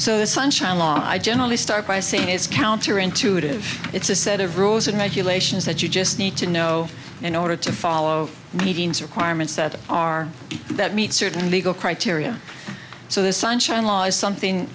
so the sunshine law i generally start by saying is counter intuitive it's a set of rules and regulations that you just need to know in order to follow meetings requirements that are that meet certain legal criteria so the sunshine law is something